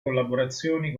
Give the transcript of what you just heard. collaborazioni